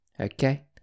Okay